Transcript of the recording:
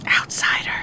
Outsider